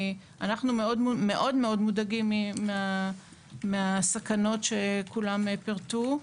אנחנו מודאגים מאוד מהסכנות שכולם פירטו.